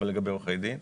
אבל לגבי עורכי דין.